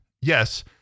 Yes